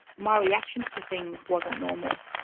my reactions to things wasn't normal.